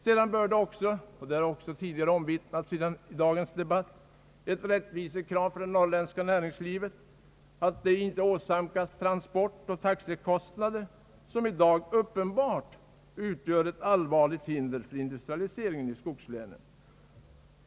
Sedan bör det vara ett rättvisekrav — vilket också omvittnats tidigare i dagens debatt — att det norrländska näringslivet inte åsamkas transport och taxekostnader som i dag uppenbarligen utgör ett allvarligt hinder för industrialiseringen i skogslänen.